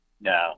No